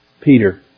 Peter